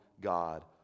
God